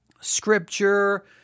scripture